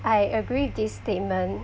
I agree with this statement